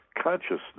consciousness